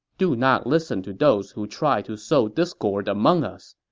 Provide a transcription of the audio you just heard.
do not listen to those who try to sow discord among us.